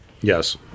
Yes